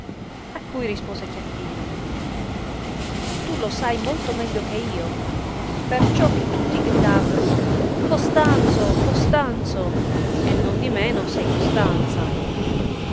a cui rispose chiappino tu lo sai molto meglio che io perciò che tutti gridavano costanzo costanzo e nondimeno sei costanza